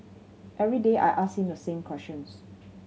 every day I ask him the same questions